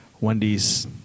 Wendy's